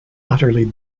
utterly